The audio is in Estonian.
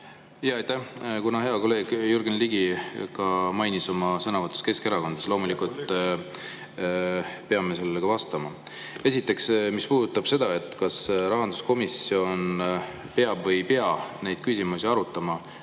Aitäh! Kuna hea kolleeg Jürgen Ligi mainis oma sõnavõtus Keskerakonda, siis loomulikult peame sellele vastama. Esiteks, mis puudutab seda, kas rahanduskomisjon peab või ei pea neid küsimusi arutama,